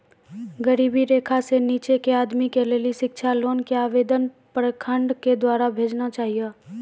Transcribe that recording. गरीबी रेखा से नीचे के आदमी के लेली शिक्षा लोन के आवेदन प्रखंड के द्वारा भेजना चाहियौ?